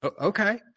okay